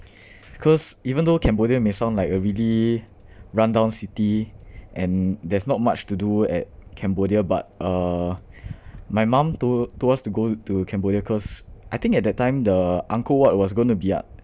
because even though cambodia may sound like a really run down city and there's not much to do at cambodia but uh my mum told told us to go to cambodia because I think at that time the angkor wat was going to be u~